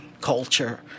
culture